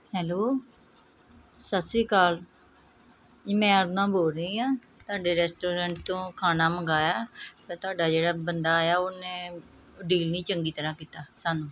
hello Sat Sri Akal ji ਮੈਂ ਅਰੁਨਾ ਬੋਲ ਰਹੀ ਹਾਂ ਤੁਹਾਡੇ ਰੈਸਟੋਰੈਂਟ ਤੋਂ ਖਾਣਾ ਮੰਗਵਾਇਆ ਅਤੇ ਤੁਹਾਡਾ ਜਿਹੜਾ ਬੰਦਾ ਆਇਆ ਉਹਨੇ ਡੀਲ ਨਹੀਂ ਚੰਗੀ ਤਰ੍ਹਾਂ ਕੀਤਾ ਸਾਨੂੰ